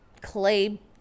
clay